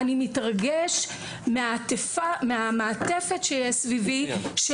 אני מתרגש מהמעטפת שיש סביבי".